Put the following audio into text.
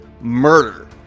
murder